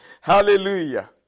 Hallelujah